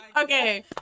Okay